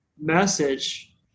message